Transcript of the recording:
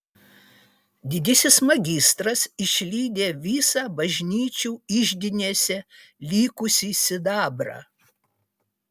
didysis magistras išlydė visą bažnyčių iždinėse likusį sidabrą